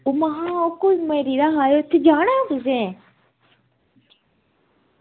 ओह् में हा कोई मरी दा हा जाना उत्थें